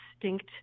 distinct